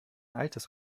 altes